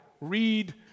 read